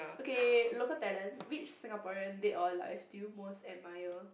okay local talent which Singaporean dead or alive do you most admire